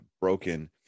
broken